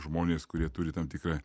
žmonės kurie turi tam tikrą